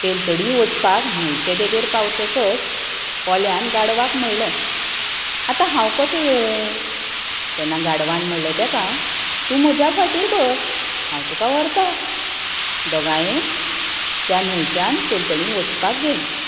पलतडी वचपाक न्हंयचे देगेर पावतकच कोल्यान गाडवाक म्हळें आतां हांव कसो येवूं तेन्ना गाडवान म्हणलें तेका तूं म्हज्या फाटीर बस हांव तुका व्हरतां दोगांय त्या न्हंयच्या पलतडीन वचपाक गेलीं